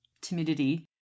timidity